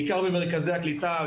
בעיקר במרכזי הקליטה,